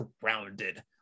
surrounded